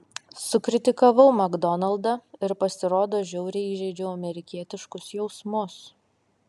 sukritikavau makdonaldą ir pasirodo žiauriai įžeidžiau amerikietiškus jausmus